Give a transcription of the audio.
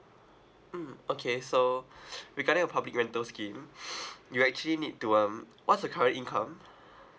mm okay so regarding a public rental scheme you actually need to um what's the current income